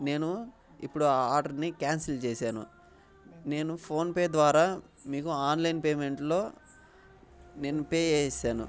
నేనూ ఇప్పుడు ఆ ఆర్డర్ని క్యాన్సిల్ చేశాను నేను ఫోన్పే ద్వారా మీకు ఆన్లైన్ పేమెంట్లో నేను పే చేసేసాను